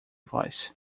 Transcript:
voz